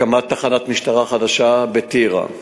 הקמת תחנת משטרה חדשה בטירה,